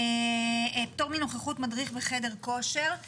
פטור מנוכחות מדריך בחדר כושר,